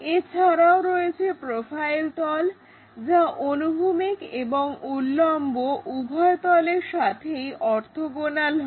এছাড়াও রয়েছে প্রোফাইল তল যা অনুভূমিক এবং উল্লম্ব উভয় তলের সাথেই অর্থোগোণাল হয়